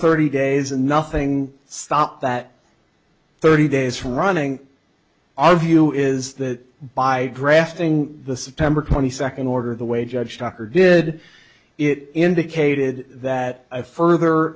thirty days and nothing stopped that thirty days running our view is that by grafting the september twenty second order the way judge tucker did it indicated that a further